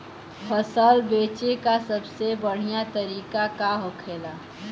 फसल बेचे का सबसे बढ़ियां तरीका का होखेला?